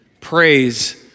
Praise